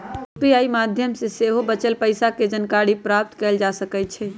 UPI माध्यम से सेहो बचल पइसा के जानकारी प्राप्त कएल जा सकैछइ